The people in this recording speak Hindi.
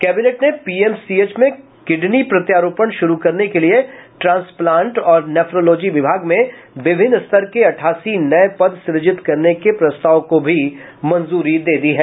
कैबिनेट ने पीएमसीएच में किडनी प्रत्यारोपण शुरू करने के लिए ट्रास प्लांट और नैफ़ोलॉजी विभाग में विभिन्न स्तर के अठासी नये पद सृजित करने के प्रस्ताव को भी मंजूरी दे दी है